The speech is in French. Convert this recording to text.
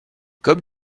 comme